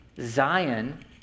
Zion